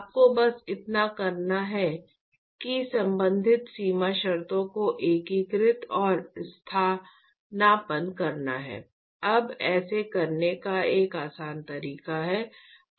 आपको बस इतना करना है कि संबंधित सीमा शर्तों को एकीकृत और स्थानापन्न करना है अब ऐसा करने का एक आसान तरीका है